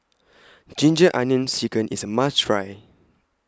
Ginger Onions Chicken IS A must Try